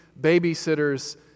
babysitter's